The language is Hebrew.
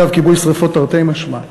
אגב, כיבוי שרפות תרתי משמע,